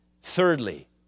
Thirdly